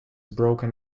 broken